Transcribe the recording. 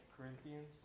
Corinthians